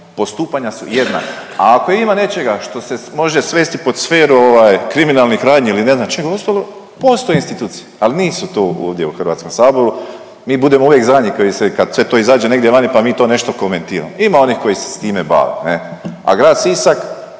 postupanja jednaka, a ako ima nečega što se može svesti pod sferu ovaj kriminalnih radnji ili ne znam čega ostalo postoje institucije, al nisu tu ovdje u HS, mi budemo uvijek zadnji kad ih se, kad sve to izađe negdje vani, pa mi to nešto komentiramo, ima onih koji se s time bave ne, a grad Sisak,